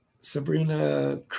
Sabrina